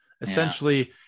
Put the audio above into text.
Essentially